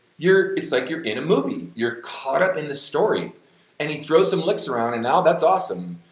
you're, it's like you're in a movie, you're caught up in the story and he throws some licks around and now that's awesome,